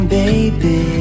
baby